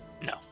No